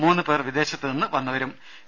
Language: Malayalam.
മൂന്നു പേർ വിദേശത്തു നിന്നു വന്നവരാണ്